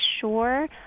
sure